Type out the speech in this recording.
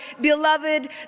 beloved